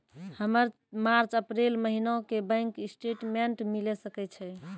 हमर March April महीना के बैंक स्टेटमेंट मिले सकय छै?